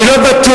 אני לא בטוח,